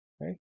right